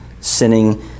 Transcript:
sinning